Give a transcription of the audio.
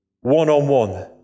one-on-one